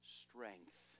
strength